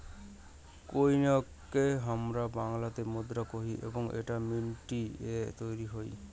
কোইনকে হামরা বাংলাতে মুদ্রা কোহি এবং এইটা মিন্ট এ তৈরী হই